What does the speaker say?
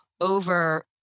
over